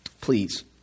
Please